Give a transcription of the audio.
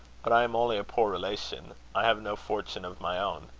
but i am only a poor relation. i have no fortune of my own.